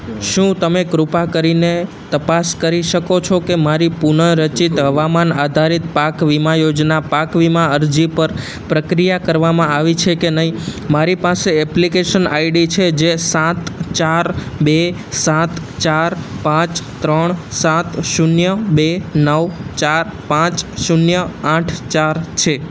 શું તમે કૃપા કરીને તપાસ કરી શકો છો કે મારી પુન રચિત હવામાન આધારિત પાક વીમા યોજના પાક વીમા અરજી પર પ્રક્રિયા કરવામાં આવી છે કે નહીં મારી પાસે એપ્લિકેશન આઈડી છે જે સાત ચાર બે સાત ચાર પાંચ ત્રણ સાત શૂન્ય બે નવ ચાર પાંચ શૂન્ય આઠ ચાર છે